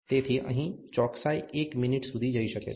તેથી અહીં ચોક્સાઈ 1 મિનિટ સુધી જઈ શકે છે